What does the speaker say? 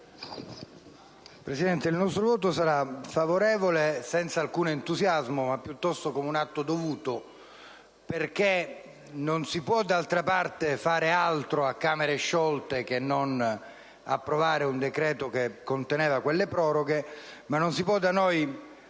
Presidente, il nostro voto sarà favorevole senza alcun entusiasmo, ma piuttosto come un atto dovuto perché a Camere sciolte non si può fare altro che approvare un decreto che conteneva quelle proroghe, ma non si può da noi